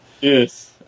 Yes